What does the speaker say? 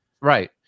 Right